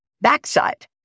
backside